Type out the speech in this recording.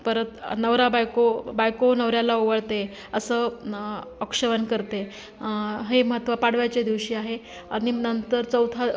परत नवराबायको बायको नवऱ्याला ओवाळते असं औक्षण करते हे महत्त्व पाडव्याच्या दिवशी आहे आणि नंतर चौथा